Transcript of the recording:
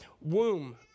womb